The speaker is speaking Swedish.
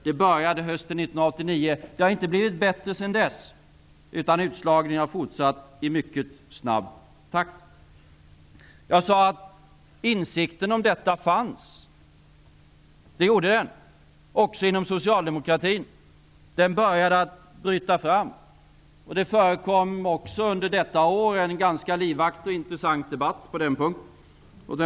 Det började hösten 1989, och det har inte blivit bättre sedan dess. Utslagningen har fortsatt i mycket snabb takt. Jag sade att insikten om detta fanns. Den insikten fanns också inom soci "aldemokratin — den började bryta fram. Det förekom också under det året en ganska livaktig och intressant debatt på den punkten.